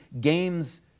games